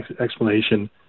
explanation